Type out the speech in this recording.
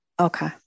Okay